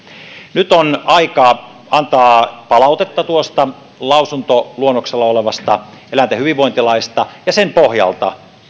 nyt on aikaa antaa palautetta tuosta lausuntokierroksella olevasta eläinten hyvinvointilaista sen pohjalta